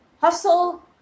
hustle